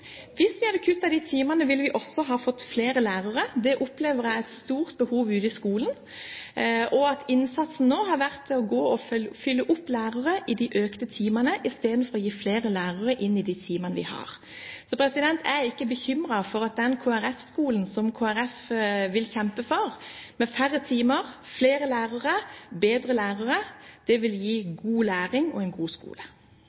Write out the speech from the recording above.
Hvis vi hadde kuttet de timene, ville vi også ha fått flere lærere. Det opplever jeg er et stort behov ute i skolen. Innsatsen nå har gått på å fylle opp med lærere på grunn av de økte timetallene, i stedet for at vi får flere lærere inn i de timene vi har. Jeg er ikke bekymret for den skolen som Kristelig Folkeparti vil kjempe for, med færre timer, flere lærere og bedre lærere. Det vil gi